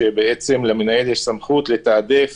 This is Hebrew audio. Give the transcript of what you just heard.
שאומר שלמנהל יש סמכות לתעדף